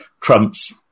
trump's